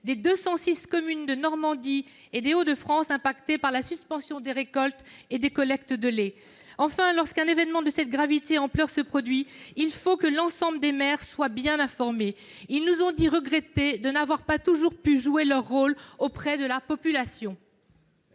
des 206 communes de Normandie et des Hauts-de-France concernées par la suspension des récoltes et des collectes de lait. Enfin, lorsqu'un événement de cette gravité et de cette ampleur se produit, il faut que l'ensemble des maires soient bien informés. Or ils nous ont dit regretter de n'avoir pas toujours pu jouer leur rôle auprès de la population.